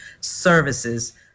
services